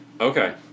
Okay